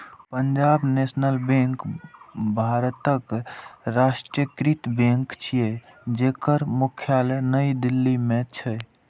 Punjab National Bank भारतक राष्ट्रीयकृत bank छियै, जेकर मुख्यालय नई दिल्ली मे छै